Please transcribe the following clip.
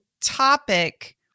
topic